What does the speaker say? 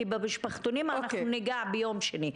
כי במשפחתונים ניגע ביום שני.